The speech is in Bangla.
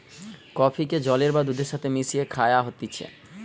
কফিকে জলের বা দুধের সাথে মিশিয়ে খায়া হতিছে